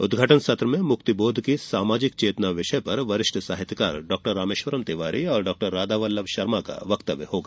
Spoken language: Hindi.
उदघाटन सत्र में मुक्तिबोध की सामाजिक चेतना विषय पर वरिष्ठ साहित्यकार डॉ रामेश्वरम तिवारी और डॉ राधावल्लभ शर्मा का वक्तव्य होगा